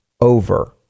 over